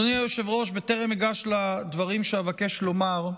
אדוני היושב-ראש, בטרם אגש לדברים שאבקש לומר,